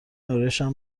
آرایشم